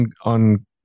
on